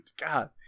God